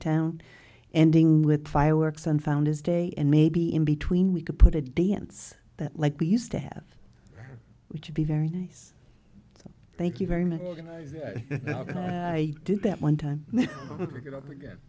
town ending with fireworks and found as day and maybe in between we could put it dance that like we used to have which would be very nice thank you very much i did that one time to get up again